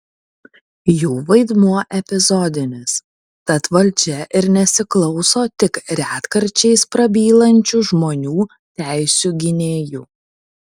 jų vaidmuo epizodinis tad valdžia ir nesiklauso tik retkarčiais prabylančių žmonių teisių gynėjų